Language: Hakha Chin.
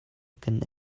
kan